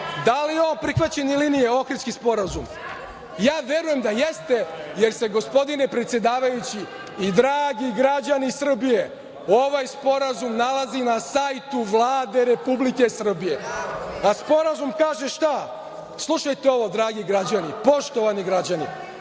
Da li je on prihvaćen ili nije, Ohridski sporazum? Ja verujem da jeste, jer se, gospodine predsedavajući i dragi građani Srbije, ovaj sporazum nalazi na sajtu Vlade Republike Srbije. Sporazum kaže šta? Slušajte ovo, dragi građani, poštovani građani,